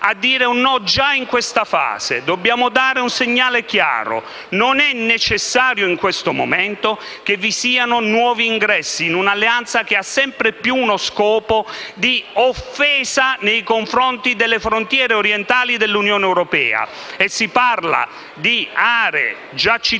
a dire un no già in questa fase. Dobbiamo dare un segnale chiaro: non è necessario, in questo momento, che vi siano nuovi ingressi, in un'Alleanza che ha sempre più uno scopo di offesa nei confronti delle frontiere orientali dell'Unione europea. Si parla infatti delle aree già citate